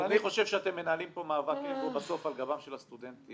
אני חושב שאתם מנהלים פה מאבק בסוף על גבם של הסטודנטים,